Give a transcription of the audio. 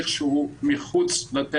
אם אתה רוצה לקדם שוויון בזהות של כולם?